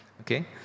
Okay